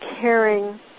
caring